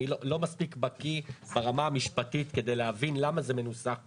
אני לא מספיק בקיא ברמה המשפטית כדי להבין למה זה מנוסח ככה,